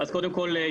קודם כול,